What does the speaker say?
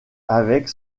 avec